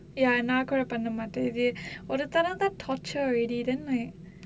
ya நா கூட பண்ண மாட்டேன் இது ஒரு தரம் தான்:naa kooda panna mattaen ithu oru tharam thaan torture already then like